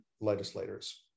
legislators